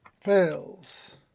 fails